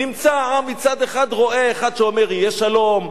נמצא העם מצד אחד רואה אחד שאומר: יהיה שלום,